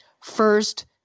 First